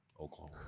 Oklahoma